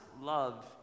love